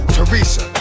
Teresa